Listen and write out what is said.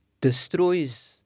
destroys